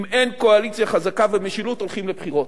אם אין קואליציה חזקה ומשילות, הולכים לבחירות.